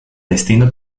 destino